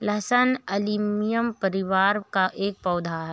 लहसुन एलियम परिवार का एक पौधा है